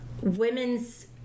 women's